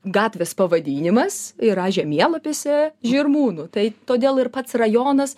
gatvės pavadinimas yra žemėlapiuose žirmūnų tai todėl ir pats rajonas